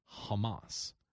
Hamas